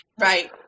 right